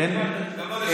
בוא נשמע את התשובה.